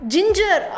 Ginger